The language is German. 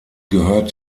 gehört